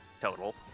total